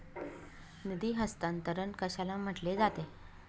निधी हस्तांतरण कशाला म्हटले जाते?